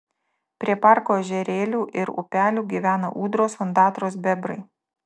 prie parko ežerėlių ir upelių gyvena ūdros ondatros bebrai